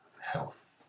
health